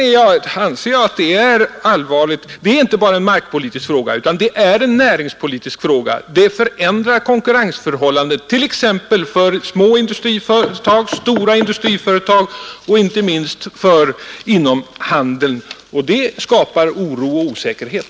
Vidare anser jag det vara allvarligt att detta inte bara är en markpolitisk fråga utan väl så mycket en näringspolitisk. De nya reglerna förändrar konkurrensförhållandena t.ex. för små industriföretag, stora industriföretag och inte minst inom handeln. Härigenom skapas oro och osäkerhet.